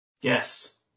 Yes